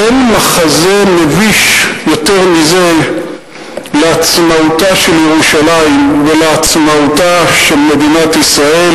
אין מחזה מביש יותר מזה לעצמאותה של ירושלים ולעצמאותה של מדינת ישראל,